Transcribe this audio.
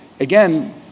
Again